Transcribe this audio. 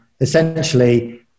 essentially